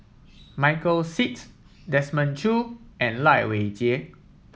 Michael Seet Desmond Choo and Lai Weijie